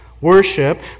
worship